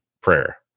prayer